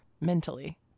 mentally